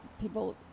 people